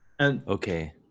okay